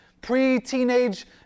pre-teenage